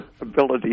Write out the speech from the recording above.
ability